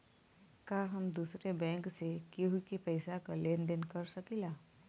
का हम दूसरे बैंक से केहू के पैसा क लेन देन कर सकिला?